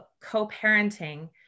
co-parenting